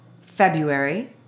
February